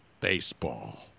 baseball